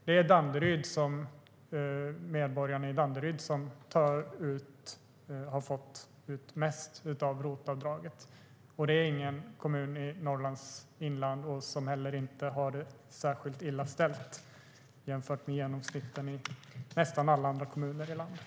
Det är medborgarna i Danderyd som har fått ut mest av ROT-avdraget, och det är heller ingen kommun i Norrlands inland som har det särskilt illa ställt jämfört med genomsnittet av nästan alla kommuner i landet.